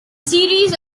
series